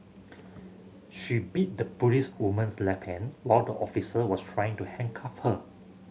she bit the policewoman's left hand while the officer was trying to handcuff her